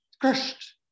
Crushed